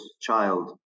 child